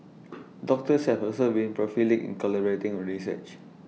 doctors have also been prolific in collaborating A research